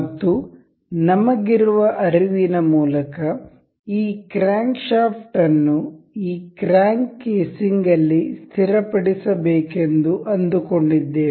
ಮತ್ತು ನಮಗಿರುವ ಅರಿವಿನ ಮೂಲಕ ಈ ಕ್ರ್ಯಾಂಕ್ ಶಾಫ್ಟ್ ಅನ್ನು ಈ ಕ್ರ್ಯಾಂಕ್ ಕೇಸಿಂಗ್ ಅಲ್ಲಿ ಸ್ಥಿರಪಡಿಸಬೇಕೆಂದು ಅಂದುಕೊಂಡಿದ್ದೇವೆ